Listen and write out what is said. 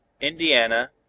Indiana